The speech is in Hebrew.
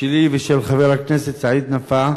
שלי ושל חבר הכנסת סעיד נפאע.